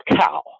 cow